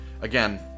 Again